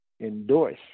Endorse